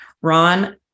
Ron